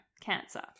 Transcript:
cancer